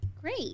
Great